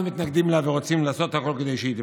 מתנגדים לה ורוצים לעשות הכול כדי שהיא תיפול.